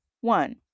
One